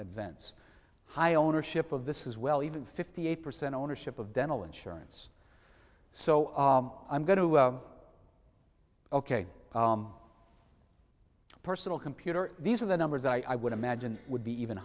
vents high ownership of this is well even fifty eight percent ownership of dental insurance so i'm going to ok personal computer these are the numbers i would imagine would be even